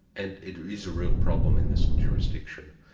and it is a real problem in this jurisdiction.